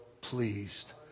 pleased